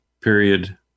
period